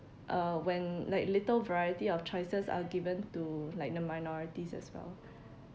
uh when like little variety of choices are given to like the minorities as well